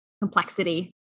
complexity